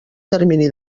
termini